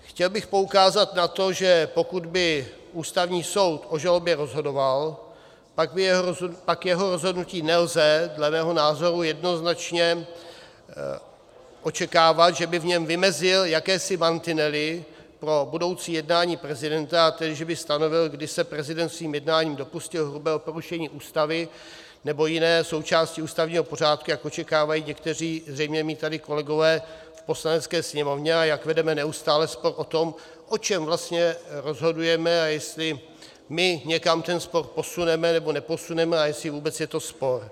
Chtěl bych poukázat na to, že pokud by Ústavní soud o žalobě rozhodoval, pak jeho rozhodnutí nelze dle mého názoru jednoznačně očekávat, že by v něm vymezil jakési mantinely pro budoucí jednání prezidenta, a tedy že by stanovil, kdy se prezident svým jednáním dopustil hrubého porušení Ústavy nebo jiné součásti ústavního pořádku, jak očekávají někteří zřejmě mí tady kolegové v Poslanecké sněmovně a jak vedeme neustále spor o tom, o čem vlastně rozhodujeme a jestli my někam ten spor posuneme, nebo neposuneme, a jestli vůbec je to spor.